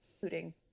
including